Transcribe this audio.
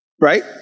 right